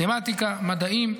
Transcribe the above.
מתמטיקה, מדעים,